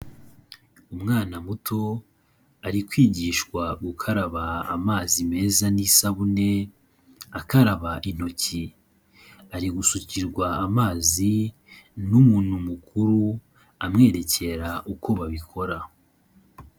Umwana muto ari kwigishwa gukaraba amazi meza n'isabune, akaraba intoki, ari gusukirwa amazi n'umuntu mukuru amwerekera uko babikora.